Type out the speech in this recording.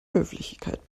höflichkeit